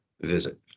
visit